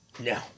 No